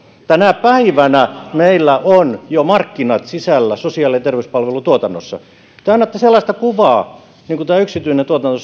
tänä päivänä meillä on jo markkinat sisällä sosiaali ja terveyspalvelutuotannossa te annatte sellaista kuvaa niin kuin tämä yksityinen tuotanto